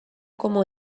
cómo